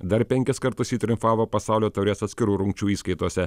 dar penkis kartus ji triumfavo pasaulio taurės atskirų rungčių įskaitose